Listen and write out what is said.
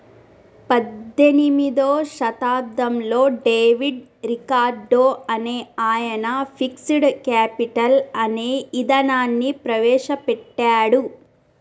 పద్దెనిమిదో శతాబ్దంలో David Ricardo అనే ఆయన ఫిక్స్డ్ కేపిటల్ అనే ఇదానాన్ని ప్రవేశ పెట్టాడు